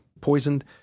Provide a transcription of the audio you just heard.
poisoned